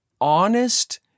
honest